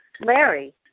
Larry